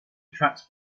attracts